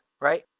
right